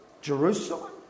Jerusalem